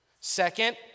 Second